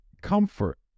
comfort